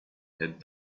had